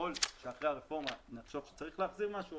ככל שאחרי הרפורמה נחשוב שצריך להחזיר משהו,